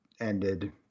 ended